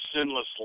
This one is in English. sinless